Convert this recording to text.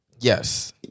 yes